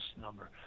number